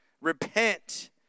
Repent